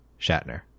Shatner